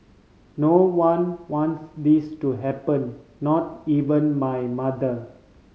no one wants this to happen not even my mother